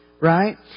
Right